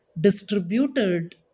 distributed